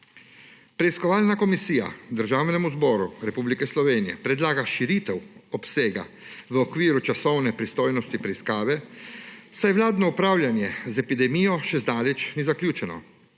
Preiskovalna komisija Državnemu zboru Republike Slovenije predlaga širitev obsega v okviru časovne pristojnosti preiskave, saj vladno upravljanje z epidemijo še zdaleč ni zaključeno.